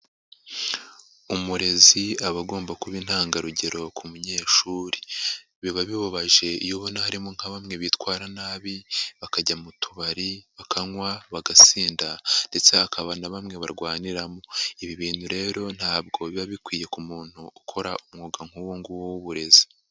Umurezi aba agomba kuba intangarugero ku munyeshuri, biba bibabaje iyo ubona harimo nka bamwe bitwara nabi, bakajya mu tubari bakanywa bagasinda ndetse hakaba na bamwe barwaniramo, ibi bintu rero ntabwo biba bikwiye ku muntu ukora umwuga nk'uwo nguwo w'uburezi.